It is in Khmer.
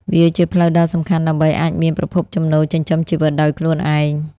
វាជាផ្លូវដ៏សំខាន់ដើម្បីអាចមានប្រភពចំណូលចិញ្ចឹមជីវិតដោយខ្លួនឯង។